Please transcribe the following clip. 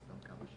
רגע, לא